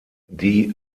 die